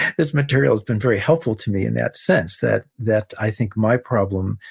this material has been very helpful to me in that sense, that that i think my problem,